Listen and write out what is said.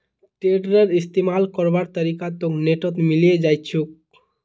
टेडरेर इस्तमाल करवार तरीका तोक नेटत मिले जई तोक